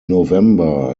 november